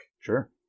Sure